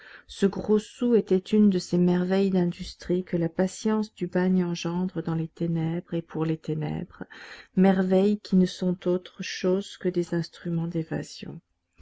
ce gros sou était une de ces merveilles d'industrie que la patience du bagne engendre dans les ténèbres et pour les ténèbres merveilles qui ne sont autre chose que des instruments d'évasion